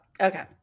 Okay